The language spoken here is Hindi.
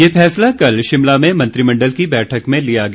ये फैसला कल शिमला में मंत्रिमंडल की बैठक में लिया गया